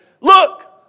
look